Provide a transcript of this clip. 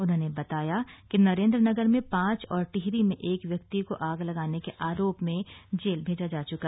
उन्होंने बताया कि नरेंद्रनगर में पांच और टिहरी में एक व्यक्ति को आग लगाने के आरोप में जेल भेजा गया है